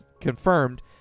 confirmed